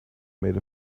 made